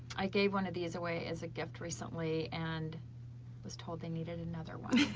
i gave one of these away as a gift recently and was told they needed another one,